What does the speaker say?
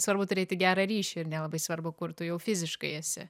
svarbu turėti gerą ryšį ir nelabai svarbu kur tu jau fiziškai esi